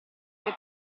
per